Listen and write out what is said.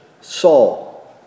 Saul